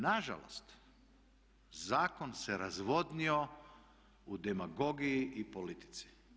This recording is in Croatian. Nažalost zakon se razvodnio u demagogiji i politici.